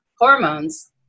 Hormones